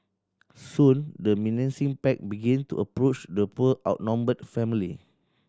soon the menacing pack begin to approach the poor outnumbered family